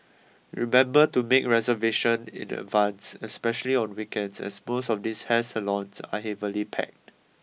remember to make reservation in advance especially on weekends as most of these hair salons are heavily packed